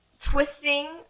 twisting